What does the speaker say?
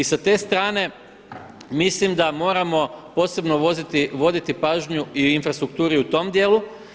I sa te strane mislim da moramo posebno voditi pažnju i o infrastrukturi u tom djelu.